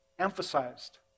emphasized